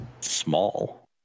small